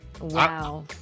Wow